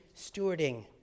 stewarding